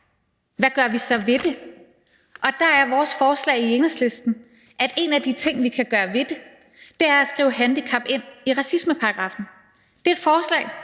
hvad vi så gør ved det, og der er Enhedslistens forslag til en af de ting, vi kan gøre ved det, at skrive handicap ind i racismeparagraffen. Det er et forslag